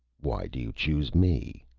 why do you choose me?